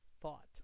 thought